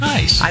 Nice